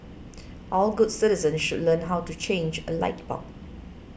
all good citizens should learn how to change a light bulb